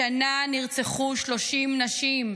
השנה נרצחו 30 נשים.